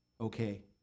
Okay